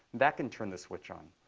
that can turn the switch on.